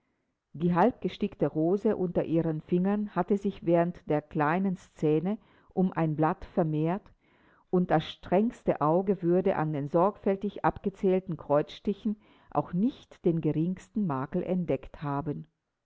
die halbgestickte rose unter ihren fingern hatte sich während der kleinen szene um ein blatt vermehrt und das strengste auge würde an den sorgfältig abgezählten kreuzstichen auch nicht den geringsten makel entdeckt haben